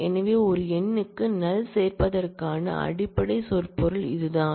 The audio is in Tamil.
எனவே ஒரு எண்ணுக்கு நல் சேர்ப்பதற்கான அடிப்படை சொற்பொருள் இதுதான்